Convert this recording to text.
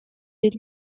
des